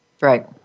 Right